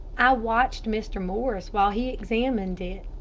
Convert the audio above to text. i watched mr. morris while he examined it.